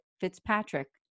Fitzpatrick